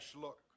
look